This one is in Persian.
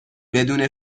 بدون